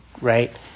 right